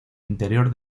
interior